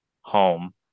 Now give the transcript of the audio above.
home